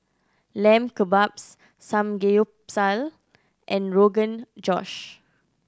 Lamb Kebabs Samgeyopsal and Rogan Josh